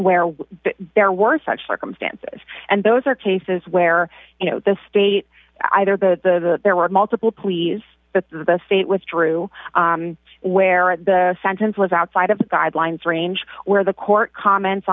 where there were such circumstances and those are cases where you know the state either the the there were multiple please but the state withdrew where the sentence was outside of the guidelines range where the court comments